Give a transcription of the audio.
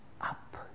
up